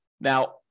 Now